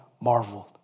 marveled